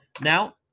Now